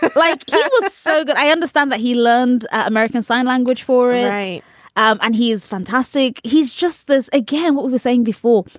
like yeah it was so good. i understand that he learned american sign language for a um and he is fantastic. he's just this again, what we were saying before.